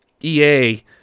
EA